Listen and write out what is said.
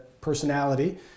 personality